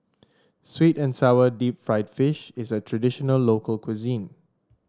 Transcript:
sweet and sour Deep Fried Fish is a traditional local cuisine